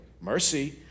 mercy